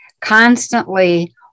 constantly